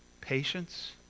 patience